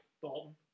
Dalton